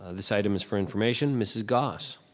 ah this item is for information, mrs. goss.